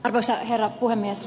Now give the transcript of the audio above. arvoisa herra puhemies